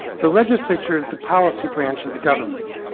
the legislature is the policy branch of the government.